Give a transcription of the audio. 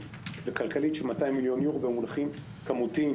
וכלכלית של 200 מיליון אירו במונחים כמותיים,